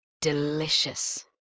delicious